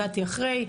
הגעתי אחרי,